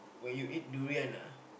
when you eat durian ah